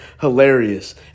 hilarious